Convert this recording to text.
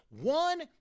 one